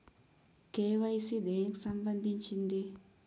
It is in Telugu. కే.వై.సీ దేనికి సంబందించింది?